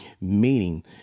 Meaning